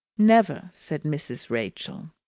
never, said mrs. rachael.